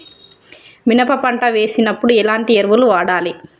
మినప పంట వేసినప్పుడు ఎలాంటి ఎరువులు వాడాలి?